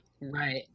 right